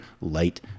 light